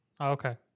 Okay